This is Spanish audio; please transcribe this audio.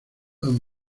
and